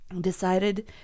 decided